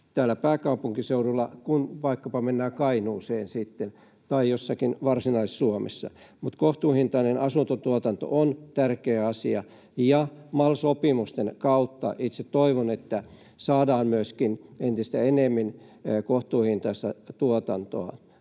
täällä pääkaupunkiseudulla kuin vaikkapa kun mennään Kainuuseen tai on jossakin Varsinais-Suomessa. Mutta kohtuuhintainen asuntotuotanto on tärkeä asia, ja itse toivon, että MAL-sopimusten kautta saadaan entistä enemmän kohtuuhintaista rakennustuotantoa.